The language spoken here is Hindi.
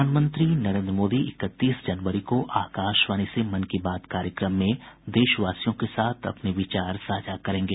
प्रधानमंत्री नरेंद्र मोदी इकतीस जनवरी को आकाशवाणी से मन की बात कार्यक्रम में देशवासियों के साथ अपने विचार साझा करेंगे